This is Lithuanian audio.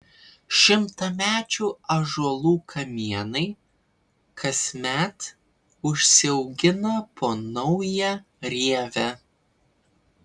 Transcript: šimtamečių ąžuolų kamienai kasmet užsiaugina po naują rievę